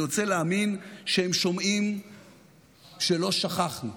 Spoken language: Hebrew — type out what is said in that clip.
אני רוצה להאמין שהם שומעים שלא שכחנו.